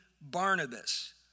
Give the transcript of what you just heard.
Barnabas